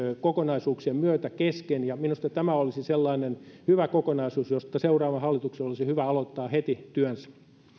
kokonaisuuksien myötä kesken ja minusta tämä olisi sellainen hyvä kokonaisuus josta seuraavan hallituksen olisi hyvä aloittaa heti työnsä